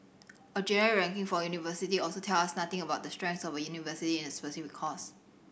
a generic ranking for a university also tells us nothing about the strength of a university in a specific course